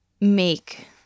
make